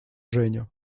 женю